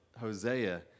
Hosea